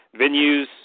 venues